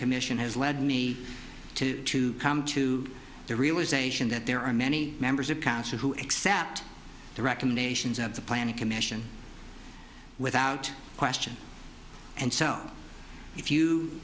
commission has led me to to come to the realization that there are many members of council who accept the recommendations of the planning commission without question and so if you